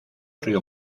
río